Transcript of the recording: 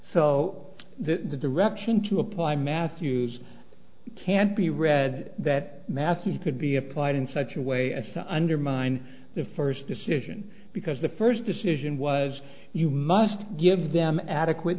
that the direction to apply matthews can't be read that matthew could be applied in such a way as to undermine the first decision because the first decision was you must give them adequate